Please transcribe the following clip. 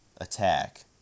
attack